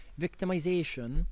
victimization